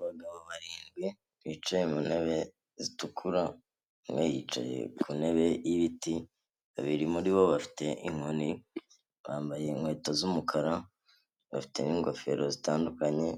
Abagabo barindwi bicaye mu ntebe zitukura, umwe yicaye ku ntebe y'ibiti, babiri muri bo bafite inkoni, bambaye inkweto z'umukara, bafite n'ingofero zitandukanye,